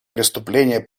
преступления